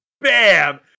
bam